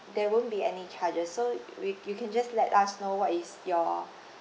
there won't be any charges so we you can just let us know what is your